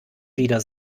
wieder